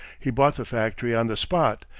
he bought the factory on the spot,